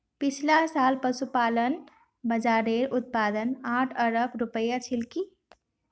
पिछला साल पशुपालन बाज़ारेर उत्पाद आठ अरब रूपया छिलकी